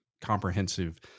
comprehensive